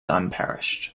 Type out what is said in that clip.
unparished